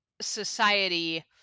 society